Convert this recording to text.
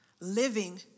living